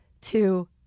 two